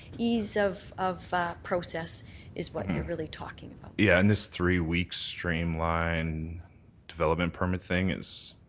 ease of of process is what you're really talking about. yeah, and this three week stream line development permit thing is